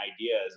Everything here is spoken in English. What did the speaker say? ideas